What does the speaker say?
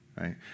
right